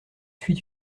suit